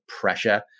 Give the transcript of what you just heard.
pressure